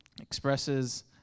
Expresses